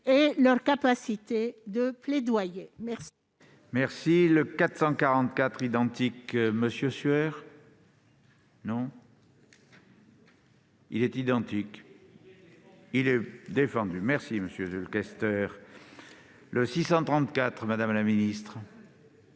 et leur capacité de plaidoyer. La